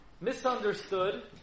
misunderstood